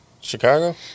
Chicago